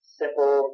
simple